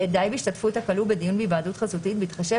(ב) די בהשתתפות הכלוא בדיון בהיוועדות חזותית בהתחשב